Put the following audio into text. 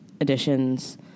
editions